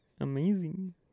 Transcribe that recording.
amazing